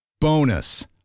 Bonus